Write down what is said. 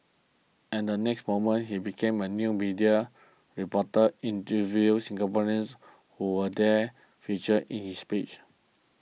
and the next moment he became a new media reporter interviewing Singaporeans who were then featured in his speech